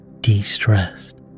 de-stressed